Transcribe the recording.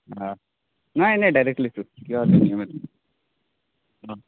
অঁ নাই নাই ডাইৰেক্ট লৈছোঁ কিয়